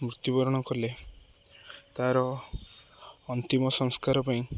ମୃତ୍ୟୁବରଣ କଲେ ତା'ର ଅନ୍ତିମ ସଂସ୍କାର ପାଇଁ